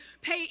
pay